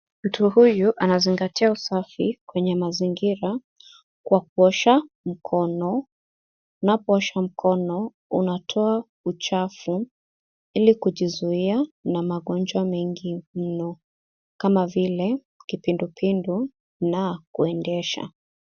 Mtu huyu anazingatia usafi kwenye mazingira kwa kuosha mikono . Unapoosha mikono unatoa uchafu ili kujizuia na magonjwa mengi mno kama vile kipindupindu na kuendesha.